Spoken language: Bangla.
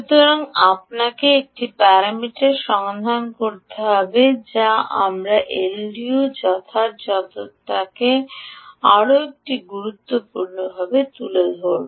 সুতরাং আপনাকে একটি প্যারামিটার সন্ধান করতে হবে যা আমরা এলডিওর যথার্থতাটিকে আরও একটি গুরুত্বপূর্ণভাবে তুলে ধরব